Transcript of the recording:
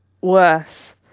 worse